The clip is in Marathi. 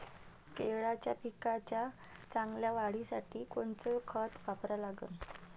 केळाच्या पिकाच्या चांगल्या वाढीसाठी कोनचं खत वापरा लागन?